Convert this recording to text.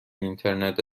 اینترنت